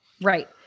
Right